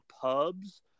pubs